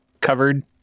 covered